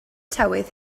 tywydd